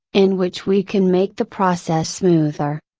in which we can make the process smoother.